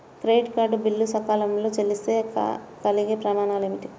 Credit card bill సకాలంలో చెల్లిస్తే కలిగే పరిణామాలేమిటి?